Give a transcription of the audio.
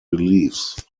beliefs